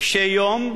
קשות יום,